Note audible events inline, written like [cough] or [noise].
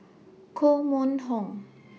Koh Mun Hong [noise]